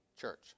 church